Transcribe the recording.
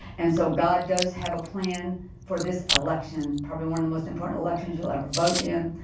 and so god does have a plan for this election. probably one of the most important election she'll ever vote in.